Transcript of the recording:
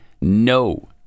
no